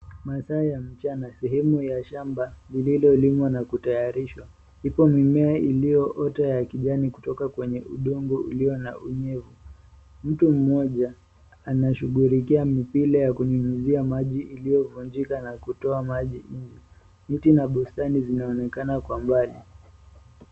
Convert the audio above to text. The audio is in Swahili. Masaa ya mchana sehemu ya shamba lililolimwa na kutayarishwa. Ipo mimea iliyoota ya kijani kutoka kwenye udongo ulio na unyevu. Mtu mmoja anashughulikia mipira ya kunyunyuzia maji iliyovunjika na kutoa maji nje. Miti na bustani zinaonekana kwa mbali.